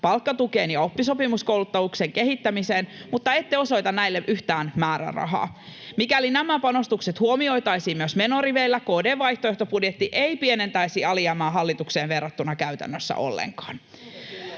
palkkatukeen ja oppisopimuskoulutuksen kehittämiseen, mutta ette osoita näille yhtään määrärahaa. Mikäli nämä panostukset huomioitaisiin myös menoriveillä, KD:n vaihtoehtobudjetti ei pienentäisi alijäämää hallitukseen verrattuna käytännössä ollenkaan.